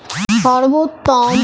সর্বোত্তম ও উচ্চ ফলনশীল আলুর নাম কি?